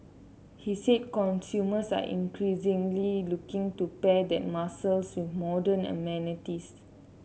he said consumers are increasingly looking to pair that muscle with modern amenities